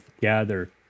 gather